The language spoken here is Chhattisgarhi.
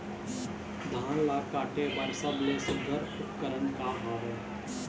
धान ला काटे बर सबले सुघ्घर उपकरण का हवए?